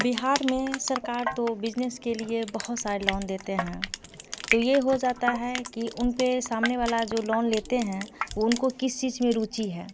बिहार में सरकार तो बिजनेस के लिए बहुत सारा लोंन देते हैं तो ये हो जाता है कि उन पे सामने वाला जो लौन लेते हैं उनको किस चीज में रुचि है